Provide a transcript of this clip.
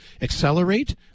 accelerate